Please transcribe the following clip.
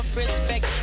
respect